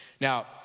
Now